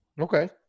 Okay